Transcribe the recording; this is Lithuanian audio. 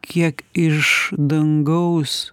kiek iš dangaus